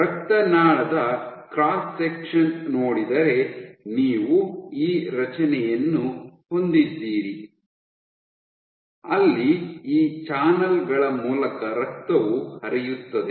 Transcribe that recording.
ರಕ್ತನಾಳದ cross section ನೋಡಿದರೆ ನೀವು ಈ ರಚನೆಯನ್ನು ಹೊಂದಿದ್ದೀರಿ ಅಲ್ಲಿ ಈ ಚಾನಲ್ ಗಳ ಮೂಲಕ ರಕ್ತವು ಹರಿಯುತ್ತದೆ